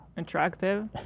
attractive